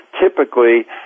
typically